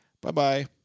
Bye-bye